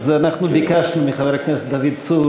אז אנחנו ביקשנו מחבר הכנסת דוד צור.